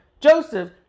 Joseph